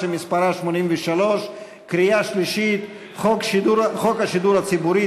שמספרה 83. קריאה שלישית: חוק השידור הציבורי,